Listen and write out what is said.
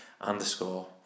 underscore